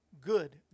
Good